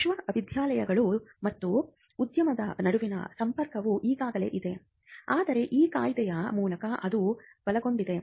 ವಿಶ್ವವಿದ್ಯಾಲಯಗಳು ಮತ್ತು ಉದ್ಯಮದ ನಡುವಿನ ಸಂಪರ್ಕವು ಈಗಾಗಲೇ ಇದೆ ಆದರೆ ಈ ಕಾಯಿದೆಯ ಮೂಲಕ ಅದು ಬಲಗೊಂಡಿದೆ